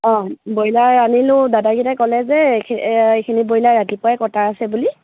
অঁ ব্ৰইলাৰ আনিলোঁ দাদাকেইটাই ক'লে যে এই এইখিনি ব্ৰইলাৰ ৰাতিপুৱাই কটা আছে বুলি